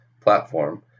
platform